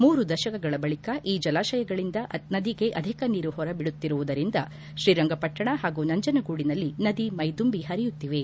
ಮೂರು ದಶಕಗಳ ಬಳಿಕ ಈ ಜಲಾಶಯಗಳಿಂದ ನದಿಗೆ ಅಧಿಕ ನೀರು ಹೊರ ಬಿಡುತ್ತಿರುವುದರಿಂದ ಶ್ರೀರಂಗಪಟ್ಟಣ ಹಾಗೂ ನಂಜನಗೂಡಿನಲ್ಲಿ ನದಿ ಮೈದುಂಬಿ ಹರಿಯುತ್ತಿವೆ